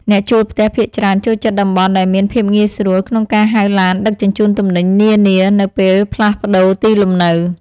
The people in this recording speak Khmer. អ្នកជួលផ្ទះភាគច្រើនចូលចិត្តតំបន់ដែលមានភាពងាយស្រួលក្នុងការហៅឡានដឹកជញ្ជូនទំនិញនានានៅពេលផ្លាស់ប្តូរទីលំនៅ។